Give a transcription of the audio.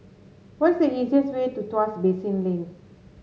what is the easiest way to Tuas Basin Lane